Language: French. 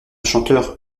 chanteur